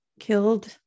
killed